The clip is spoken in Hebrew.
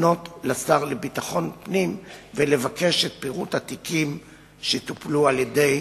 לפנות לשר לביטחון פנים ולבקש את פירוט התיקים שטופלו על-ידי